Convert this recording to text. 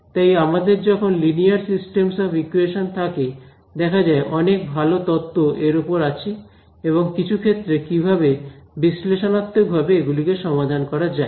তাই আমাদের যখন লিনিয়ার সিস্টেমস অফ ইকুয়েশন থাকে দেখা যায় অনেক ভাল তত্ত্ব এর ওপর আছে এবং কিছু ক্ষেত্রে কিভাবে বিশ্লেষণাত্মক ভাবে এগুলিকে সমাধান করা যায়